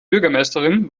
bürgermeisterin